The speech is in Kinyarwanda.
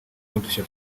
n’udushya